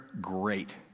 great